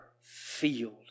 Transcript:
field